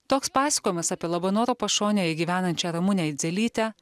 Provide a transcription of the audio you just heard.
toks pasakojimas apie labanoro pašonėje gyvenančią ramunę eidzelytę